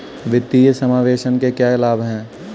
वित्तीय समावेशन के क्या लाभ हैं?